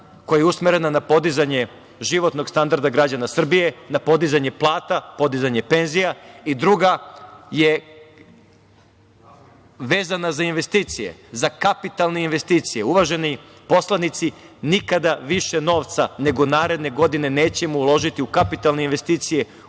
koja je usmerena na podizanje životnog standarda građana Srbije, na podizanje plata, podizanje penzija. Druga je vezana za investicije, za kapitalne investicije. Uvaženi poslanici, nikada više novca nego naredne godine nećemo uložiti u kapitalne investicije